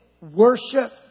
worship